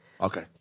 Okay